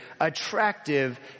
attractive